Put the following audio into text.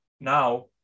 now